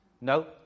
No